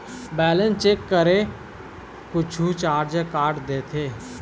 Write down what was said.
Balance check करें कुछू charge काट देथे?